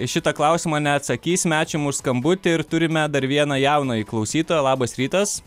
į šitą klausimą neatsakysime ačiū už skambutį ir turime dar vieną jaunąjį klausytoją labas rytas